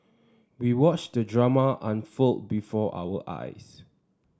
we watched the drama unfold before our eyes